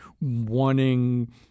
wanting –